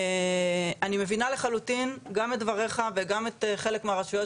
אני מבינה לחלוטין גם את דבריך וגם את הרשויות